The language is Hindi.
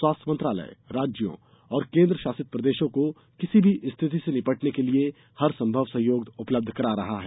स्वास्थ्य मंत्रालय राज्यों और केन्द्र शासित प्रदेशों को किसी भी स्थिति से निपटने के लिए हर संभव सहयोग उपलब्धं करा रहा है